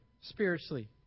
spiritually